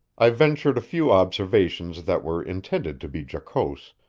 i ventured a few observations that were intended to be jocose,